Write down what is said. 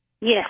Yes